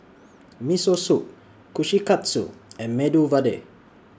Miso Soup Kushikatsu and Medu Vada